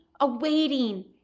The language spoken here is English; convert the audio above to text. awaiting